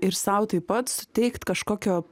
ir sau taip pat suteikt kažkokio